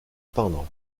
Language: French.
peindre